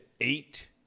eight